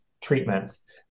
treatments